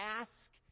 ask